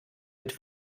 mit